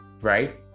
right